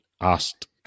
asked